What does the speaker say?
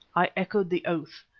i echoed the oath,